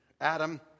Adam